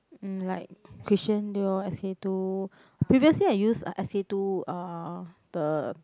um like Christian-Dior S_K-two previously I use uh S_K-two uh the